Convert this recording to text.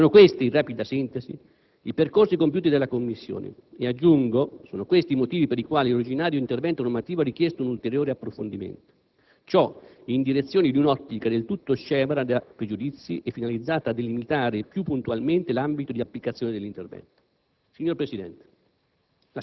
Sono questi, in rapida sintesi, i percorsi compiuti dalla Commissione. E, aggiungo, sono questi i motivi per i quali l'originario intervento normativo ha richiesto un ulteriore approfondimento. Ciò in direzione di un'ottica del tutto scevra da pregiudizi, e finalizzata a delimitare più puntualmente l'ambito di applicazione dell'intervento. Signor Presidente,